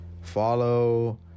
Follow